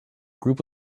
group